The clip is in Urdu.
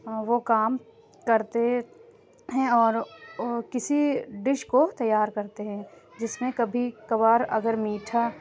آ وہ کام کرتے ہیں اور وہ کسی ڈش کو تیار کرتے ہیں جس میں کبھی کبھار اگر میٹھا